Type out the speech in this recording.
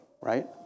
right